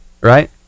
right